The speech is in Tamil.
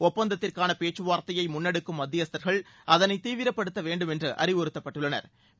ஒப்பந்தத்திற்கான முன்னெடுக்கும் மத்தியஸ்தர்கள் அதனை தீவிரப்படுத்தவேண்டும் என்று அறிவுறுத்தப்பட்டுள்ளனா்